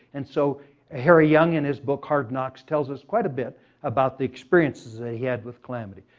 and so ah harry young in his book hard knocks tells us quite a bit about the experiences ah he had with calamity.